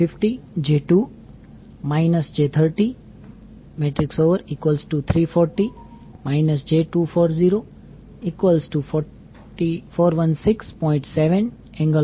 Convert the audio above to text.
તેથી ∆28j8 j50 j2 j30 340 j240416